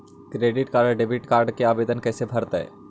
Credit और debit card के आवेदन कैसे भरैतैय?